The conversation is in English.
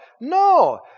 No